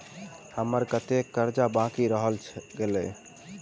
हम्मर कत्तेक कर्जा बाकी रहल गेलइ?